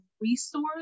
resource